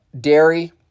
dairy